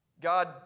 God